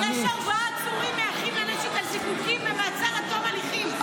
יש ארבעה עצורים מאחים לנשק על זיקוקים במעצר עד תום הליכים,